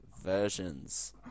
versions